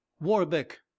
warbeck